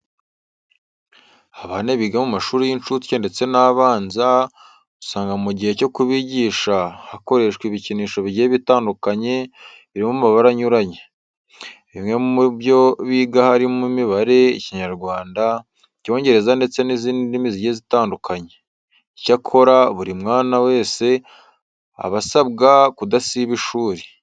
Abana biga mu mashuri y'incuke ndetse n'abanza, usanga mu gihe cyo kubigisha hakoreshwa ibikinisho bigiye bitandukanye biri mu mabara anyuranye. Bimwe mu byo biga harimo imibare, Ikinyarwanda, Icyongereza ndetse n'izindi ndimi zigiye zitandukanye. Icyakora buri mwana wese aba asabwa kudasiba ishuri.